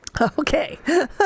Okay